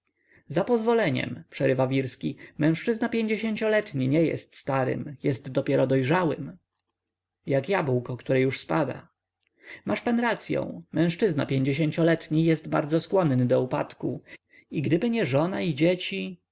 za pozwoleniem przerywa wirski mężczyzna cioletni nie jest starym jest dopiero dojrzałym jak jabłko które już spada masz pan racyą mężczyzna cioletni jest bardzo skłonny do upadku i gdyby nie żona i dzieci